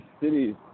cities